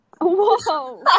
Whoa